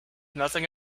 nothing